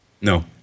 No